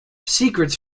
secrets